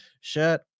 shirt